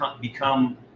become